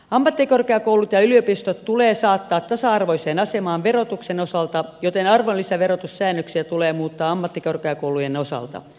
ammattikorkeakoulut ja yliopistot tulee saattaa tasa arvoiseen asemaan verotuksen osalta joten arvonlisäverotussäännöksiä tulee muuttaa ammattikorkeakoulujen osalta